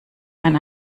ein